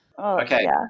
Okay